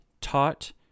taught